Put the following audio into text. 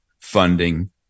funding